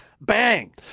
Bang